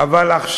עכשיו,